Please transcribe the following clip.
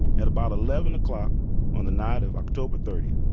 at about eleven o'clock on the night of october thirty